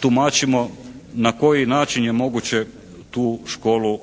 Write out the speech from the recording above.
tumačimo na koji način je moguće tu školu